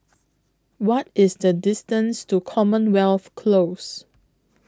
What IS The distance to Commonwealth Close